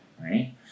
Right